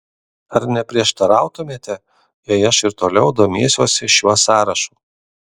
ar neprieštarautumėte jei aš ir toliau domėsiuosi šiuo sąrašu